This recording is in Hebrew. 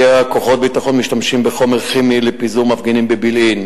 שלפיה כוחות ביטחון משתמשים בחומר כימי לפיזור מפגינים בבילעין.